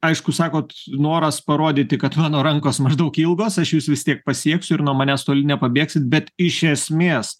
aišku sakot noras parodyti kad mano rankos maždaug ilgos aš jus vis tiek pasieksiu ir nuo manęs toli nepabėgsit bet iš esmės